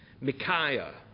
Micaiah